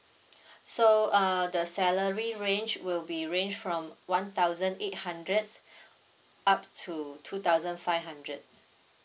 so uh the salary range will be range from one thousand eight hundreds up to two thousand five hundred